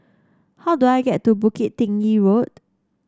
how do I get to Bukit Tinggi Road